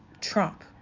Trump